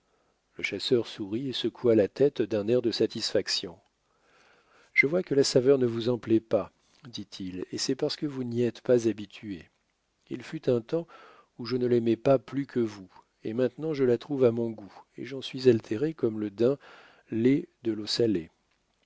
le chasseur sourit et secoua la tête d'un air de satisfaction je vois que la saveur ne vous en plaît pas dit-il et c'est parce que vous n'y êtes pas habitué il fut un temps où je ne l'aimais pas plus que vous et maintenant je la trouve à mon goût et j'en suis altéré comme le daim l'est de leau salée